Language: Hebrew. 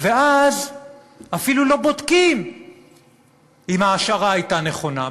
ואז אפילו לא בודקים אם ההשערה הייתה נכונה,